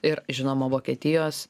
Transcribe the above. ir žinoma vokietijos